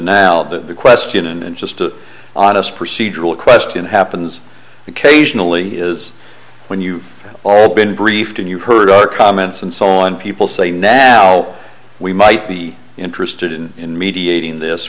now that the question and just an honest procedural question happens occasionally is when you've all been briefed and you've heard our comments and so on people say now we might be interested in mediating this